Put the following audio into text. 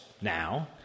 Now